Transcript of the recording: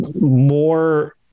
more